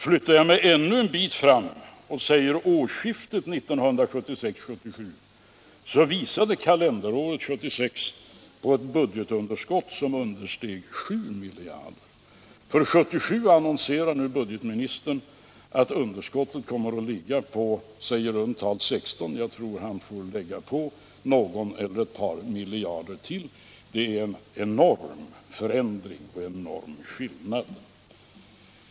Flyttar jag mig ännu en bit framåt till årsskiftet 1976-1977 kan jag konstatera att kalenderåret 1976 visade ett budgetunderskott som understeg 7 miljarder kronor. För 1977 annonserar nu budgetministern att underskottet kommer att ligga på i runt tal 16 miljarder kronor — jag tror att han får lägga på någon miljard eller ett par miljarder. Det är en enorm skillnad.